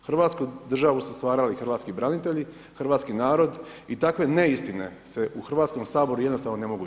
Hrvatsku državu su stvarali Hrvatski branitelji, hrvatski narod i takve neistine se u Hrvatskom saboru, jednostavno ne mogu čuti.